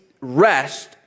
rest